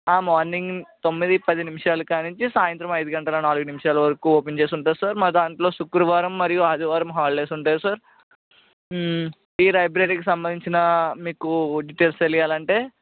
ఆ మార్నింగ్ తొమ్మిది పది నిమిషాలు కాడ నుంచి సాయంత్రం ఐదు గంటల నాలుగు నిమిషాల వరకు ఓపెన్ చేసి ఉంటుంది సార్ మా దాంట్లో శుక్రవారం మరియు ఆదివారం హాలిడేస్ ఉంటాయి సార్ ఈ లైబ్రరీకి సంబంధించిన మీకు డిటెయిల్స్ తెలియాలంటే